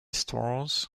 stores